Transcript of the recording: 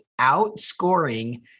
outscoring